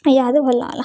ଆଉ ଇହାଦେ ଭଲ୍ ଲାଗ୍ଲା